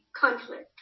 conflict